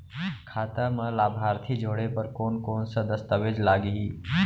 खाता म लाभार्थी जोड़े बर कोन कोन स दस्तावेज लागही?